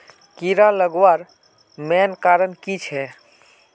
कीड़ा लगवार मेन कारण की छे?